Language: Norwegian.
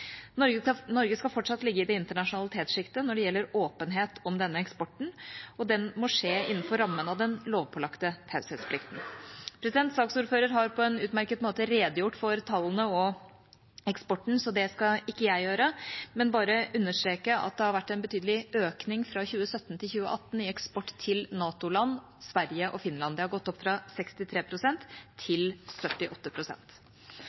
Norge skal fortsatt ligge i det internasjonale tetsjiktet når det gjelder åpenhet om denne eksporten, og den må skje innenfor rammen av den lovpålagte taushetsplikten. Saksordføreren har på en utmerket måte redegjort for tallene og eksporten, så det skal ikke jeg gjøre, men bare understreke at det har vært en betydelig økning fra 2017 til 2018 i eksport til NATO-land, Sverige og Finland. Det har gått opp fra